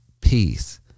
peace